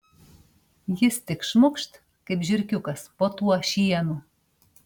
jis tik šmukšt kaip žiurkiukas po tuo šienu